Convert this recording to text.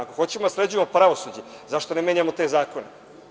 Ako hoćemo da sređujemo pravosuđe, zašto ne menjamo te zakone?